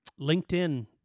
LinkedIn